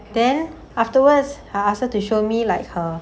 then afterwards I ask her to show me like her